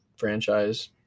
franchise